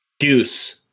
goose